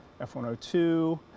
F-102